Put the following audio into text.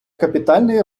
капітальний